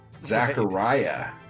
Zachariah